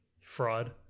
Fraud